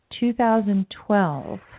2012